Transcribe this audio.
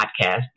podcast